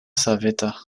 savita